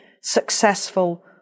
successful